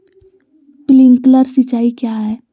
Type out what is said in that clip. Sprinkler सिंचाई क्या है?